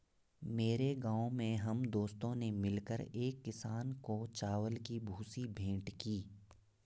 मेरे गांव में हम दोस्तों ने मिलकर एक किसान को चावल की भूसी भेंट की